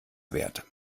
wert